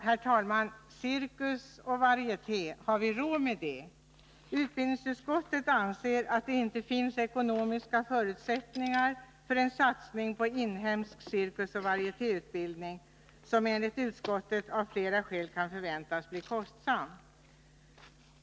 Herr talman! Cirkus och varieté — har vi råd med det? Utbildningsutskottet ariser att det inte finns ekonomiska förutsättningar för en satsning på inhemsk cirkusoch varietéutbildning, som enligt utskottet av flera skäl kan förväntas bli kostsam.